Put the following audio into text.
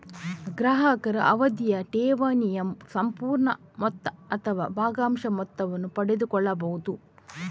ಗ್ರಾಹಕರು ಅವಧಿಯ ಠೇವಣಿಯ ಸಂಪೂರ್ಣ ಮೊತ್ತ ಅಥವಾ ಭಾಗಶಃ ಮೊತ್ತವನ್ನು ಪಡೆದುಕೊಳ್ಳಬಹುದು